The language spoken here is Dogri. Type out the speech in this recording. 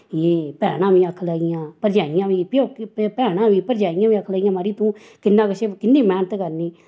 फ्ही भैनां बी आक्खन लगियां भरज़ाइयां बी भैनां बी परज़ाइयां बी आक्खन लगियां मड़ी तूं किन्ना किश किन्नी मैह्नत करनी